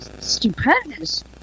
stupendous